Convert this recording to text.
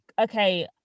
okay